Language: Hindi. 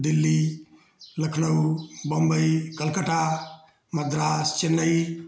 दिल्ली लखनऊ बम्बई कोलकाता मद्रास चेन्नई